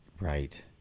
Right